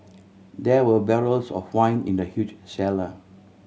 there were barrels of wine in the huge cellar